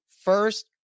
first